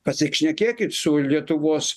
pasišnekėkit su lietuvos